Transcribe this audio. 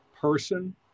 person